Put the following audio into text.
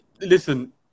listen